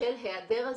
של היעדר הזיכרון.